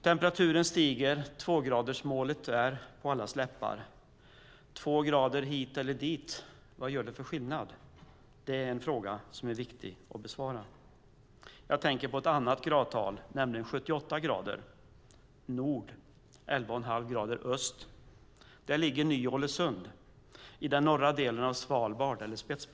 Temperaturen stiger, och tvågradersmålet är på allas läppar. Två grader hit eller dit, vad gör det för skillnad? Det är en fråga som är viktig att besvara. Jag tänker på ett annat gradtal, nämligen 78 grader nord och 11,5 grader öst. Där ligger Ny-Ålesund i den norra delen av Spetsbergen på Svalbard.